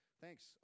Thanks